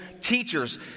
teachers